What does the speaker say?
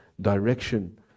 direction